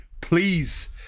Please